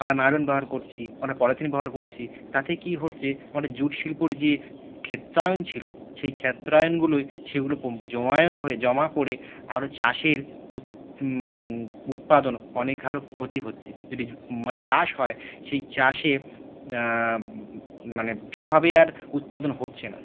আমরা নাইলন ব্যবহার করছি আমরা পলিথিন ব্যবহার করছি তাতে কি ঘটছে আমাদের জুট শিল্পর যে ক্ষেত্রায়ন ছিল সেই ক্ষেত্রায়নগুলোই সেগুলো পো জমায়ন হয়ে জমা পড়ে আরও চাষের উৎ উৎপাদন অনেক আরও ক্ষতি হচ্ছে যদি মানে চাষ হয় সেই চাষে মানে সেভাবে আর উৎপাদন হচ্ছে না